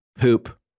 poop